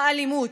האלימות,